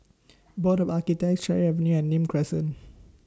Board of Architects Cherry Avenue and Nim Crescent